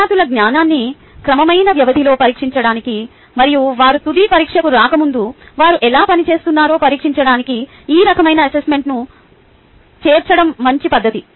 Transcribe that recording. విద్యార్థుల జ్ఞానాన్ని క్రమమైన వ్యవధిలో పరీక్షించడానికి మరియు వారు తుది పరీక్షకు రాకముందు వారు ఎలా పని చేస్తున్నారో పరీక్షించడానికి ఈ రకమైన అసెస్మెంట్ను చేర్చడం మంచి పద్ధతి